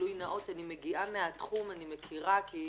גילוי נאות, אני מגיעה מהתחום, אני מכירה, כי